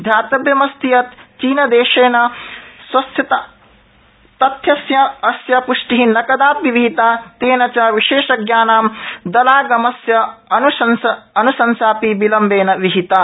ध्यातव्यमस्ति यत् चीन देशेन अस्य तथ्यस्यास्य पृष्टिन कदापि विहिता तेन च विशेषज्ञानां दलागमनस्यानुशंसापि विलम्बेन विहिता